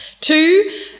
Two